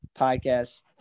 Podcast